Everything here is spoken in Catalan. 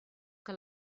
que